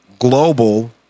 Global